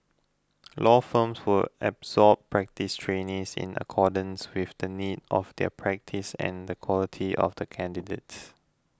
law firms will absorb practice trainees in accordance with the needs of their practice and the quality of the candidates